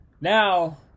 now